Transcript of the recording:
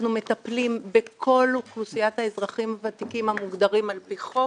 אנחנו מטפלים בכל אוכלוסיית האזרחים הוותיקים המוגדרים על פי חוק,